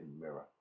mirror